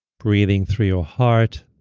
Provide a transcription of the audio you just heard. breathing through your heart.